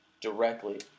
directly